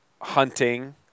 hunting